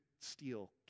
steal